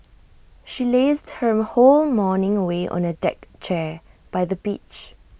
she lazed her whole morning away on A deck chair by the beach